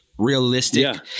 Realistic